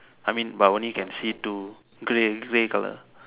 I mean but only can see two grey grey color